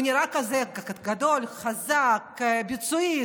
הוא נראה כזה גדול, חזק, ביצועיסט,